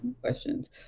questions